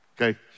okay